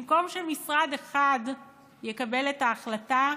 במקום שמשרד אחד יקבל את ההחלטה,